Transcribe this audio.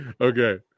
Okay